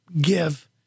give